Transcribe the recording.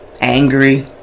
Angry